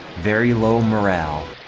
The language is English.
very low morale